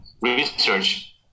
research